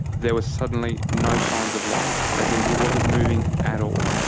there was suddenly no signs of life, as in he wasn't moving at all.